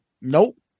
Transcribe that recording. Nope